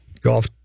golf